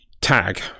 Tag